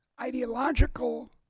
ideological